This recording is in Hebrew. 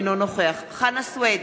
אינו נוכח חנא סוייד,